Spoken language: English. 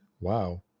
Wow